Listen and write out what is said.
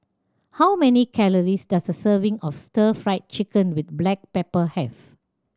how many calories does a serving of Stir Fried Chicken with black pepper have